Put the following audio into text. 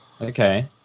Okay